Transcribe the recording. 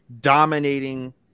dominating